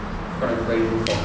kau kena pakai uniform